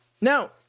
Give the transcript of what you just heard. Now